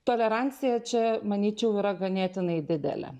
tolerancija čia manyčiau yra ganėtinai didelė